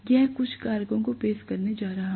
यह कुछ कारकों को पेश करने जा रहा है